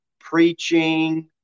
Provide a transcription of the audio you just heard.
preaching